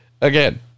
again